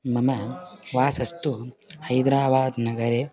मम वासस्तु हैद्राबाद् नगरे